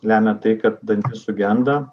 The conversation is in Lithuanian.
lemia tai kad dantis sugenda